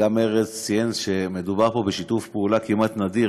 גם ארז ציין שמדובר פה בשיתוף פעולה כמעט נדיר